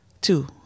Two